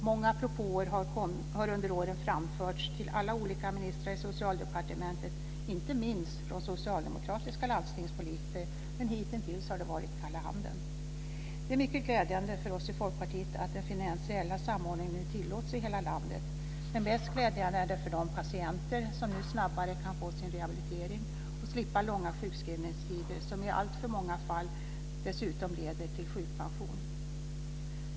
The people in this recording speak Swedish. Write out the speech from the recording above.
Många propåer har under åren framförts till alla olika ministrar i Socialdepartementet, inte minst från socialdemokratiska landstingspolitiker, men hitintills har det varit kalla handen. Det är mycket glädjande för oss i Folkpartiet att den finansiella samordningen nu tillåts i hela landet, men mest glädjande är det för de patienter som nu snabbare kan få sin rehabilitering och slipper långa sjukskrivningstider, som i alltför många fall leder till sjukpension.